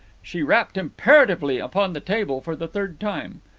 she rapped imperatively upon the table for the third time.